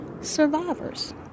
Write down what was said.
survivors